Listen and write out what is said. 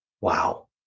Wow